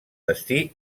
destí